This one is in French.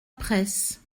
presse